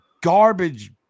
garbage